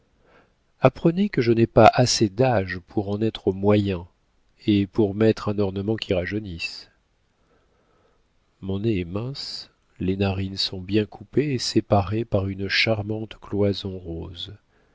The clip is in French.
apprenez que je n'ai pas assez d'âge pour en être au moyen et pour mettre un ornement qui rajeunisse mon nez est mince les narines sont bien coupées et séparées par une charmante cloison rose